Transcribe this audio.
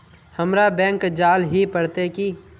हमरा बैंक जाल ही पड़ते की?